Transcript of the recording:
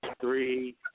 three